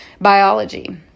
biology